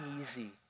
easy